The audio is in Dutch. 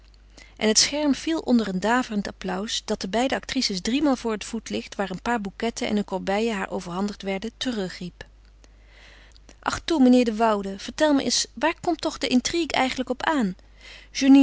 en het scherm viel onder een daverend applaus dat de beide actrices driemaal voor het voetlicht waar een paar bouqetten en een corbeille haar overhandigd werden terugriep ach toe meneer de woude vertel me eens waar komt toch de intrigue eigenlijk op aan